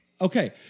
Okay